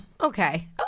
Okay